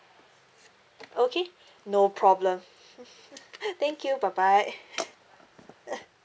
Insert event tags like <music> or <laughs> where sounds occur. okay no problem <laughs> thank you bye bye